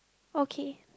okay